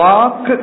Walk